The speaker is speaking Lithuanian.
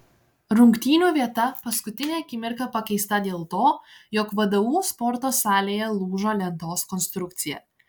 rungtynių vieta paskutinę akimirką pakeista dėl to jog vdu sporto salėje lūžo lentos konstrukcija